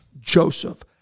Joseph